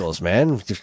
man